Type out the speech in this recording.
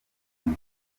ubwo